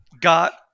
got